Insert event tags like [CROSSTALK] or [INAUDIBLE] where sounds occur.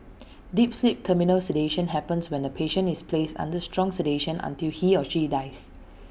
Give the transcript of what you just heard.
[NOISE] deep sleep terminal sedation happens when the patient is placed under strong sedation until he or she dies [NOISE]